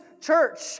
church